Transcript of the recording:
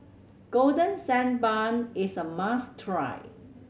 Golden Sand Bun is a must try